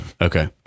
okay